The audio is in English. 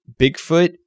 Bigfoot